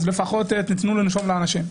אז לפחות תנו לאנשים לנשום.